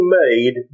made